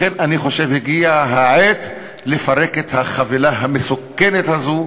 לכן אני חושב שהגיעה העת לפרק את החבילה המסוכנת הזאת,